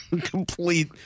complete